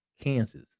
Kansas